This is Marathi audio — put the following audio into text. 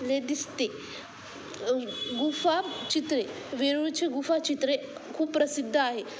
ले दिसते गुफा चित्रे वेरूळचे गुफा चित्रे खूप प्रसिद्ध आहे